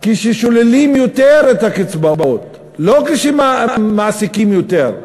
כששוללים יותר קצבאות, לא כשמעסיקים יותר,